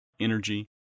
energy